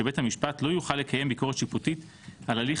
שבית המשפט לא יוכל לקיים ביקורת שיפוטית על הליך